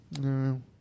no